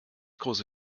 große